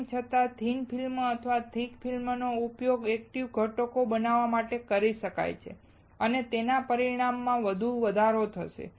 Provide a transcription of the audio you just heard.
તેમ છતાં thin film અથવા થીક ફિલ્મનો ઉપયોગ એકટીવ ઘટકો બનાવવા માટે કરી શકાય છે અને તેના પરિણામમાં વધુ વધારો થશે